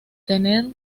tener